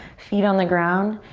feet on the ground,